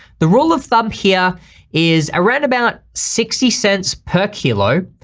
the rule of thumb here is around about sixty cents per kilo.